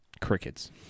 Crickets